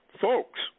Folks